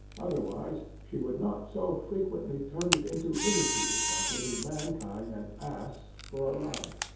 otherwise, she would not so frequently turn it into ridicule by giving mankind an ass for a lion.